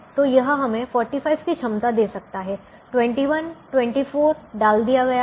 तो यह हमें 45 की क्षमता दे सकता है 24 21 डाल दिया गया है